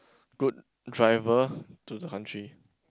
good driver to the country